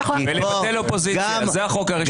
ולבטל אופוזיציה, זה החוק הראשון.